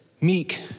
meek